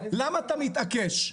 למה אתם מתעקש?